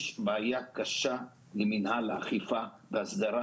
יש בעיה קשה עם מינהל האכיפה וההסדרה,